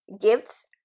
gifts